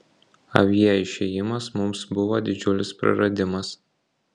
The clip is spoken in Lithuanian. avie išėjimas mums buvo didžiulis praradimas